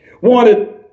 wanted